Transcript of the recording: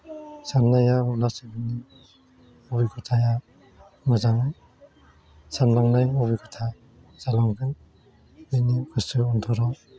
सान्नाया अब्लासो अबिगथाया मोजाङै सानलांनाय अबिगथा जालांगोन बिनि गोसोयाव अन्थराव